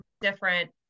different